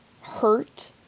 hurt